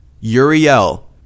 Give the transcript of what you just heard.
Uriel